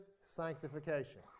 sanctification